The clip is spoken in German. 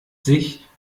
sich